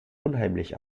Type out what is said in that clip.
unheimlich